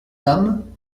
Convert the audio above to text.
dames